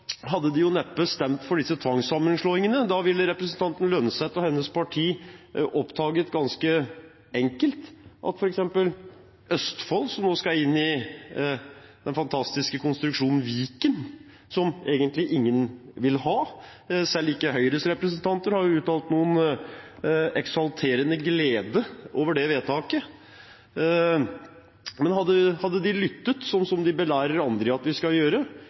hadde de neppe stemt for disse tvangssammenslåingene. Hadde representanten Holm Lønseth og hennes parti lyttet, som de belærer andre om å gjøre, hadde de hørt at f.eks. Østfold, som nå skal inn i den fantastiske konstruksjonen Viken, som ingen egentlig vil ha – selv ikke Høyres representanter har vist noen eksaltert glede over det vedtaket